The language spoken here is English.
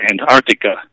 Antarctica